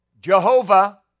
Jehovah